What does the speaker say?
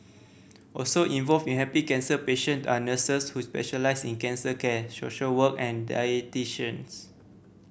also involved in helping cancer patient are nurses who specialise in cancer care social worker and dietitians